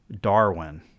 Darwin